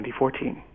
2014